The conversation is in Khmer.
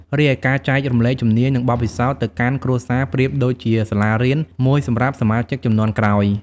រីឯ ការចែករំលែកជំនាញ និងបទពិសោធន៍ទៅកាន់ គ្រួសារប្រៀបដូចជាសាលារៀនមួយសម្រាប់សមាជិកជំនាន់ក្រោយ។